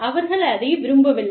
அவர்கள் அதை விரும்பவில்லை